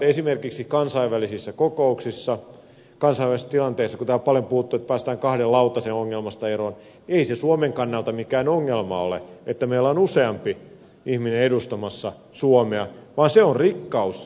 esimerkiksi kansainvälisissä kokouksissa kansainvälisissä tilanteissa kun täällä on paljon puhuttu että päästään kahden lautasen ongelmasta eroon ei se suomen kannalta mikään ongelma ole että meillä on useampi ihminen edustamassa suomea vaan se on rikkaus